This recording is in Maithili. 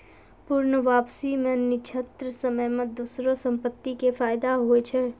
पूर्ण वापसी मे निश्चित समय मे दोसरो संपत्ति के फायदा होय छै